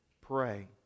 pray